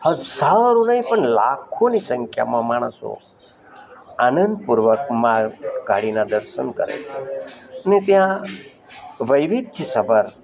હજારો નહીં પણ લાખોની સંખ્યામાં માણસો આનંદપૂર્વક મહાકાળીનાં દર્શન કરે છે અને ત્યાં વૈવિધ્યસભર